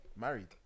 Married